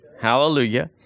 Hallelujah